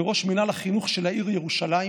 כראש מינהל החינוך של העיר ירושלים,